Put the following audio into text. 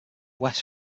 west